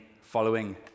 following